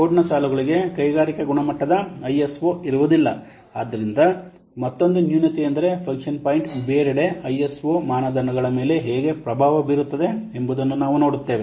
ಕೋಡ್ನ ಸಾಲುಗಳಿಗೆ ಕೈಗಾರಿಕಾ ಗುಣಮಟ್ಟದ ಐಎಸ್ಒ ಇರುವುದಿಲ್ಲ ಆದ್ದರಿಂದ ಮತ್ತೊಂದು ನ್ಯೂನತೆಯೆಂದರೆ ಫಂಕ್ಷನ್ ಪಾಯಿಂಟ್ ಬೇರೆಡೆ ಐಎಸ್ಒ ಮಾನದಂಡಗಳ ಮೇಲೆ ಹೇಗೆ ಪ್ರಭಾವ ಬೀರುತ್ತದೆ ಎಂಬುದನ್ನು ನಾವು ನೋಡುತ್ತೇವೆ